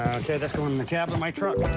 okay, that's going in the cab of my truck.